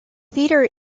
theatre